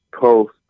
post